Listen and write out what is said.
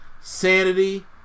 Sanity